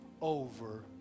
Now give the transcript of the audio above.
over